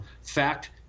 fact